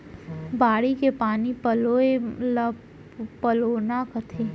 बाड़ी के पानी पलोय ल पलोना कथें